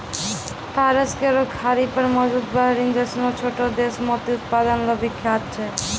फारस केरो खाड़ी पर मौजूद बहरीन जैसनो छोटो देश मोती उत्पादन ल विख्यात छै